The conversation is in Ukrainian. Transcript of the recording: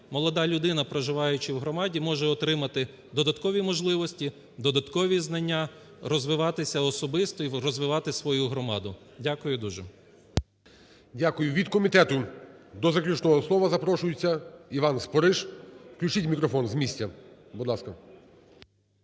молода людина, проживаючи в громаді може отримати додаткові можливості, додаткові знання, розвиватися особисто і розвивати свою громаду. Дякую дуже. ГОЛОВУЮЧИЙ. Дякую. Від комітету до заключного слова запрошується Іван Спориш. Включіть мікрофон, з місця. Будь ласка.